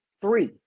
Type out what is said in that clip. three